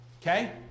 Okay